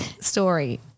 story